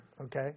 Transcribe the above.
Okay